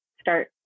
start